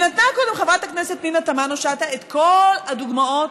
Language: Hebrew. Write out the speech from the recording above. ונתנה קודם חברת הכנסת פנינה תמנו-שטה את כל הדוגמאות